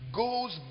goes